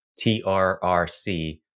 TRRC